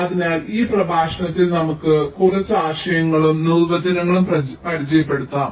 അതിനാൽ ഈ പ്രഭാഷണത്തിൽ നമുക്ക് കുറച്ച് ആശയങ്ങളും നിർവചനങ്ങളും പരിചയപ്പെടുത്താം